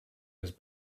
his